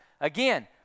again